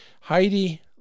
heidi